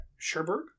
Sherberg